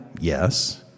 Yes